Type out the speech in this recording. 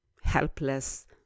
helpless